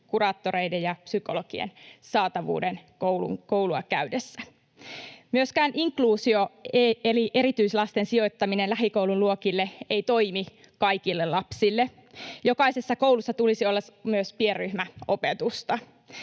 kuraattoreiden ja psykologien saatavuuden koulua käydessä. Myöskään inkluusio eli erityislasten sijoittaminen lähikoulun luokille ei toimi kaikille lapsille. Jokaisessa koulussa tulisi olla myös pienryhmäopetusta.